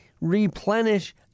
Replenish